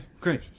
great